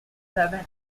seven